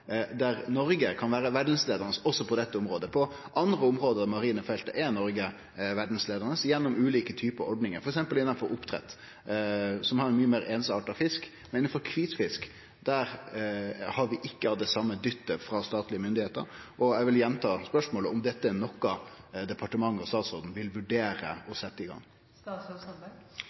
der Noreg kan vere verdsleiande også på dette området. På andre område marine felt er Noreg verdsleiande gjennom ulike typar ordningar, f.eks. innafor oppdrett, der ein har mykje meir einsarta fisk enn innafor kvitfisk. Der har vi ikkje hatt den same dytten frå statlege myndigheiter, og eg vil gjenta spørsmålet om dette er noko departementet og statsråden vil vurdere å setje i